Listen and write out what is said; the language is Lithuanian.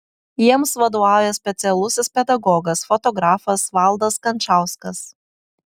jiems vadovauja specialusis pedagogas fotografas valdas kančauskas